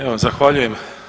Evo zahvaljujem.